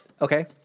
Okay